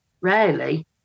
rarely